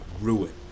ruin